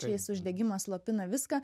čia jis uždegimą slopina viską